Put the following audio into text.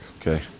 Okay